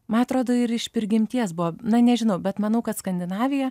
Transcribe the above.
man atrodo ir iš prigimties buvo na nežinau bet manau kad skandinavija